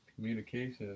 Communication